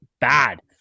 Bad